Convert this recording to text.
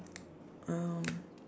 um